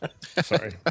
Sorry